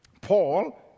Paul